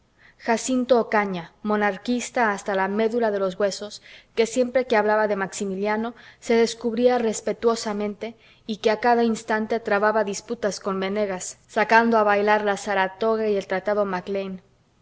jacinto ocaña monarquista hasta la médula de los huesos que siempre que hablaba de maximiliano se descubría respetuosamente y que a cada instante trababa disputas con venegas sacando a bailar la saratoga y el tratado